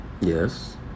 Yes